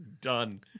done